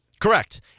correct